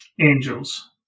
Angels